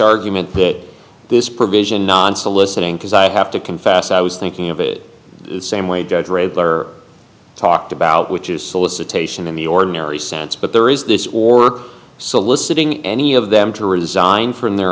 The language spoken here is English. argument that this provision non soliciting because i have to confess i was thinking of it same way judge redler talked about which is solicitation in the ordinary sense but there is this or soliciting any of them to resign from their